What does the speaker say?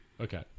Okay